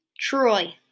Troy